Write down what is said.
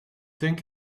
think